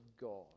God